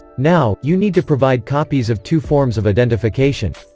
now, you need to provide copies of two forms of identification.